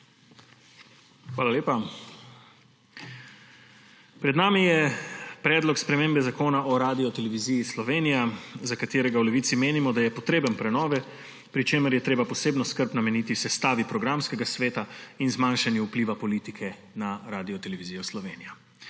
Hvala lepa. Pred nami je predlog spremembe Zakona o Radioteleviziji Slovenija, za katerega v Levici menimo, da je potreben prenove, pri čemer je treba posebno skrb nameniti sestavi programskega sveta in zmanjšanju vpliva politike na Radiotelevizijo Slovenija.